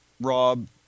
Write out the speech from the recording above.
Rob